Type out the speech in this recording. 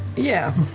yeah,